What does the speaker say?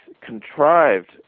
contrived